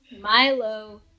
Milo